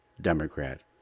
Democrat